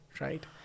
Right